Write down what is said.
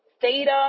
Theta